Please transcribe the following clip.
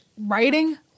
writing